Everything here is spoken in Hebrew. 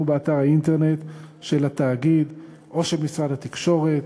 באתר האינטרנט של התאגיד או של משרד התקשורת.